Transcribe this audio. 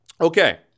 Okay